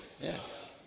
Yes